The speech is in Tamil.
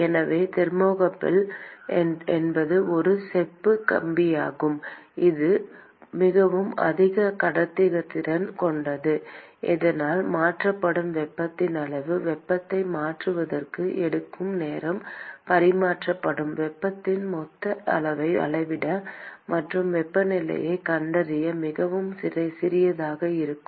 எனவே தெர்மோகப்பிள் என்பது ஒரு செப்பு கம்பியாகும் இது மிகவும் அதிக கடத்துத்திறன் கொண்டது இதனால் மாற்றப்படும் வெப்பத்தின் அளவு வெப்பத்தை மாற்றுவதற்கு எடுக்கும் நேரம் பரிமாற்றப்படும் வெப்பத்தின் மொத்த அளவை அளவிட மற்றும் வெப்பநிலையைக் கண்டறிய மிகவும் சிறியதாக இருக்கும்